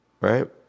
Right